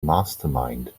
mastermind